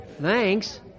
thanks